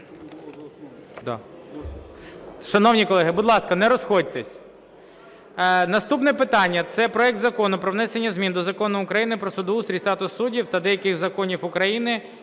Шановні колеги, будь ласка, не розходьтесь. Наступне питання – це проект Закону про внесення змін до Закону України "Про судоустрій і статус суддів" та деяких законів України